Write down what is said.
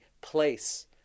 place